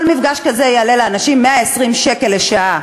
כל מפגש כזה יעלה לאנשים 120 שקל לשעה.